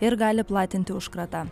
ir gali platinti užkratą